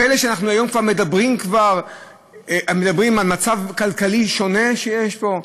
פלא שאנחנו היום כבר מדברים על מצב כלכלי שונה שיש פה,